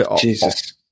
Jesus